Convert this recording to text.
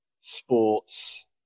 sports